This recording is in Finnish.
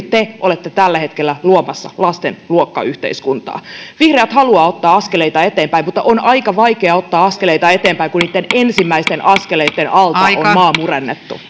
te olette tällä hetkellä luomassa lasten luokkayhteiskuntaa vihreät haluavat ottaa askeleita eteenpäin mutta on aika vaikea ottaa askeleita eteenpäin kun niitten ensimmäisten askeleitten alta on maa murennettu